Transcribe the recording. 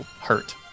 hurt